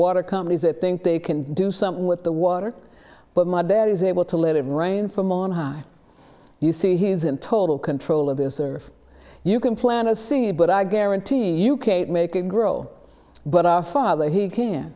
water companies that think they can do something with the water but my dad is able to let it rain from on high you see he is in total control of this earth you can plan to see it but i guarantee you kate make it grow but our father he can